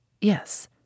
Yes